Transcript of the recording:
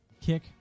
kick